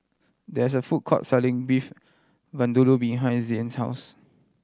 there is a food court selling Beef Vindaloo behind Zain's house